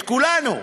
את כולנו.